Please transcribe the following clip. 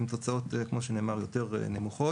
הן תוצאות כמו שנאמר, יותר נמוכות.